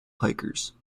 hikers